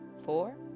Four